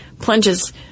plunges